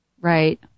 Right